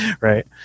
Right